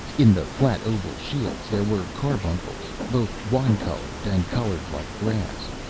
in the flat oval shields there were carbuncles, both wine-coloured and coloured like grass.